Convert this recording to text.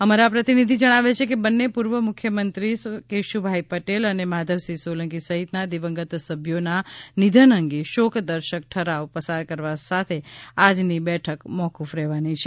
અમારા પ્રતિનિ ધિ જણાવે છે કે બંને પૂર્વ મુખ્યમંત્રી કેશુભાઈ પટેલ અને માધવસિંહ સોલંકી સહિત ના દિવંગત સભ્યો ના નિધન અંગે શોકદર્શક ઠરાવ પસાર કરવા સાથે આજ ની બેઠક મોફફ રહેવાની છે